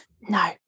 No